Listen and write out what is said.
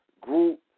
group